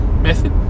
method